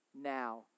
now